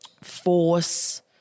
force